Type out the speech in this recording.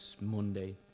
Monday